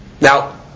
now